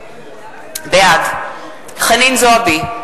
בעד חנין זועבי,